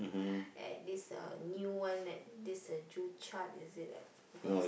at this uh new one at this uh Joo-Chiat is it I forgot is